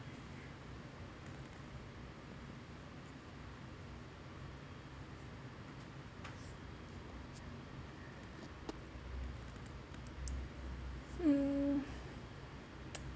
hmm